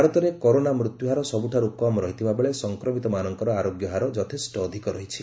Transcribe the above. ଭାରତରେ କରୋନା ମୃତ୍ୟୁହାର ସବୁଠାରୁ କମ୍ ରହିଥିବା ବେଳେ ସଂକ୍ରମିତମାନଙ୍କର ଆରୋଗ୍ୟ ହାର ଯତେଷ୍ଟ ଅଧିକ ରହିଛି